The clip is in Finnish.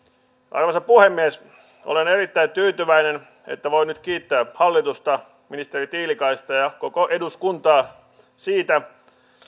arvoisa puhemies olen erittäin tyytyväinen että voin nyt kiittää hallitusta ministeri tiilikaista ja koko eduskuntaa siitä